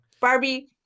Barbie